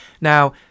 Now